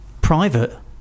Private